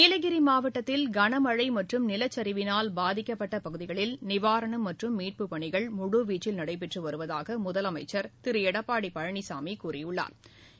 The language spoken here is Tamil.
நீலகிரிமாவட்டத்தில் கனமழமற்றும் நிலச்சரிவினால் பாதிக்கப்பட்டப் பகுதிகளில் நிவாரணம் மற்றும் மீட்புப் பணிகள் முழுவீச்சில் நடைபெற்றுவருவதாகமுதலமைச்சா் திருஎடப்பாடிபழனிசாமிகூறியுள்ளாா்